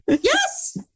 Yes